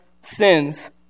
sins